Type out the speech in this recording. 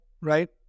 right